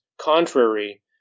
contrary